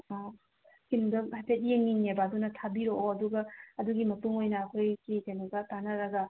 ꯑꯥ ꯏꯁꯀꯤꯟꯗꯣ ꯍꯥꯏꯐꯦꯠ ꯌꯦꯡꯅꯤꯡꯉꯦꯕ ꯑꯗꯨꯅ ꯊꯥꯕꯤꯔꯛꯑꯣ ꯑꯗꯨꯒ ꯑꯗꯨꯒꯤ ꯃꯄꯨꯡ ꯑꯣꯏꯅ ꯑꯩꯈꯣꯏꯒꯤ ꯀꯩꯅꯣꯒ ꯇꯥꯟꯅꯔꯒ